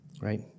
Right